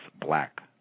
black